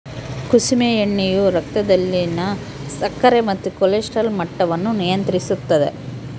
ಕುಸುಮೆ ಎಣ್ಣೆಯು ರಕ್ತದಲ್ಲಿನ ಸಕ್ಕರೆ ಮತ್ತು ಕೊಲೆಸ್ಟ್ರಾಲ್ ಮಟ್ಟವನ್ನು ನಿಯಂತ್ರಿಸುತ್ತದ